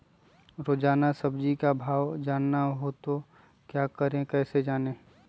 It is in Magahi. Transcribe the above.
रोजाना सब्जी का भाव जानना हो तो क्या करें कैसे जाने?